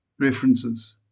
references